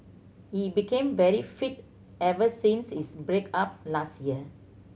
he became very fit ever since his break up last year